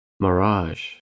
Mirage